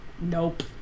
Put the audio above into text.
nope